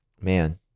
man